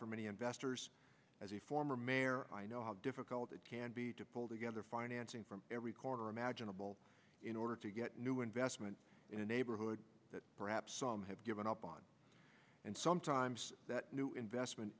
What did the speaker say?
for many investors as a former mayor i know how difficult it can be to pull together financing from every corner imaginable in order to get new investment in a neighborhood that perhaps some have given up on and sometimes that new investment